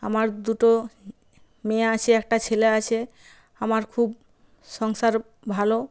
আমার দুটো মেয়ে আছে একটা ছেলে আছে আমার খুব সংসার ভালো